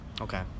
okay